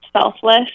selfless